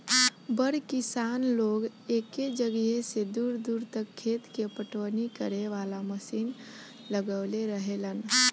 बड़ किसान लोग एके जगहिया से दूर दूर तक खेत के पटवनी करे वाला मशीन लगवले रहेलन